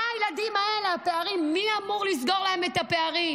הילדים האלה, מי אמור לסגור להם את הפערים?